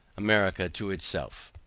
america to itself.